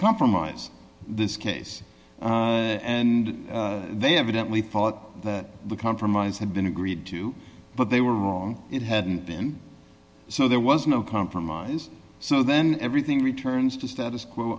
compromise this case and they evidently thought that the compromise had been agreed to but they were wrong it hadn't been so there was no compromise so then everything returns to status quo